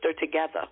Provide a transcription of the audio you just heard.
together